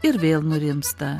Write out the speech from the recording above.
ir vėl nurimsta